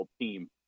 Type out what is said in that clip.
team